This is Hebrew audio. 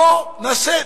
בוא ונעשה.